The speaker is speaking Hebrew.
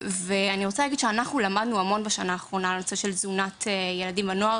אני רוצה להגיד שאנחנו למדנו המון בשנה האחרונה על תזונת ילדים ונוער.